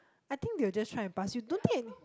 I think they'll just try and pass you don't think